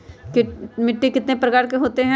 मिट्टी कितने प्रकार के होते हैं?